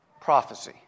prophecy